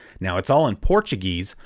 now, it's all in portuguese,